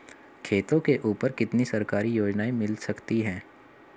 खेतों के ऊपर कितनी सरकारी योजनाएं मिल सकती हैं?